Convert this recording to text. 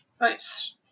Nice